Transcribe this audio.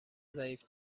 ضعیف